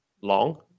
long